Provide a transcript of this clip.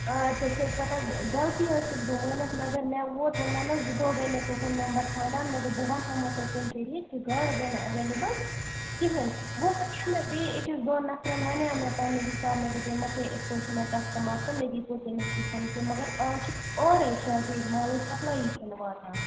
آ ژےٚ چھےٚ حظ پتاہ غلطی حظ چھَس بہٕ مٲنِتھ مگر مےٚ ووٚت ووٚنمے نا زٕ دۄہ گٔے مےٚ تُہُنٛد نمبر ژھانٛڈان مےٚ دوٚپ بہٕ وَنٕہَو ما تۄہہِ کُنہِ طریٖقہٕ کہِ گاڈٕ گٔے نہٕ ایٚوَیلیبُل کِہیٖنٛۍ وۅں وَنیٛاو مےٚ بیٚیہِ أکِس دۄن نفرَن وَنیٛاو مےٚ پَنٕنہِ حسابہٕ مےٚ دپیٛاومَکھ ہے یِتھٕ پٲٹھۍ چھُ مےٚ کَسٹٕمَر تہٕ مےٚ دِیٖتَو تٔمِس کِژھَن کیٚنٛہہ مگر اَز چھُ اورُے شاٹیج مالٕچ سَپلیی چھَنہٕ واتان